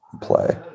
play